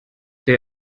der